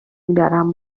میدارم